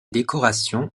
décoration